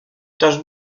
taches